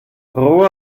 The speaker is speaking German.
ruhe